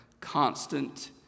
constant